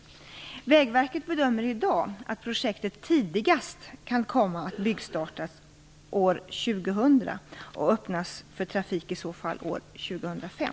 Vägverket bedömer i dag att projektet tidigast kan komma att byggstartas år 2000 och i så fall öppnas för trafik år 2005.